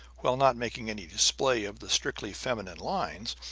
while not making any display of the strictly feminine lines,